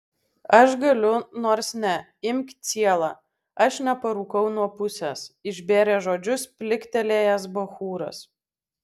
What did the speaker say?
aš galiu nors ne imk cielą aš neparūkau nuo pusės išbėrė žodžius pliktelėjęs bachūras